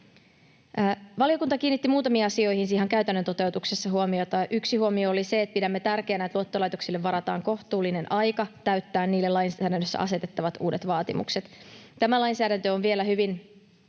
Valiokunta kiinnitti huomiota muutamiin asioihin ihan käytännön toteutuksessa: Yksi huomio oli se, että pidämme tärkeänä, että luottolaitoksille varataan kohtuullinen aika täyttää niille lainsäädännössä asetettavat uudet vaatimukset. Tämä lainsäädäntö on vielä hyvin